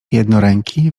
jednoręki